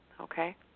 okay